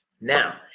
Now